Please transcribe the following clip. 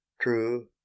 true